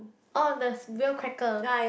oh there's real cracker